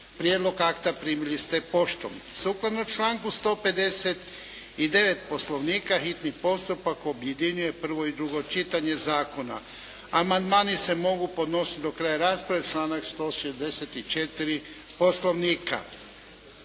Prijedlog akta primili ste poštom. Sukladno članku 159. Poslovnika, hitni postupak objedinjuje prvo i drugo čitanje zakona. Amandmani se mogu podnositi do kraja rasprave, članak 164. Poslovnika.